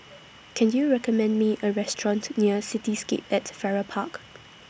Can YOU recommend Me A Restaurant near Cityscape At Farrer Park